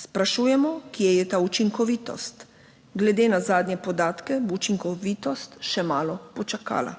Sprašujemo, kje je ta učinkovitos. Glede na zadnje podatke bo učinkovitost še malo počakala.